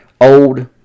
old